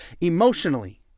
Emotionally